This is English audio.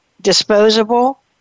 disposable